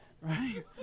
Right